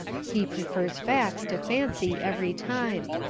he prefers facts to fancy every time,